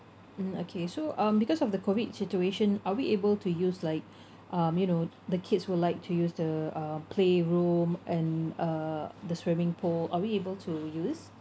mm okay so um because of the COVID situation are we able to use like um you know the kids will like to use the uh playroom and uh the swimming pool are we able to use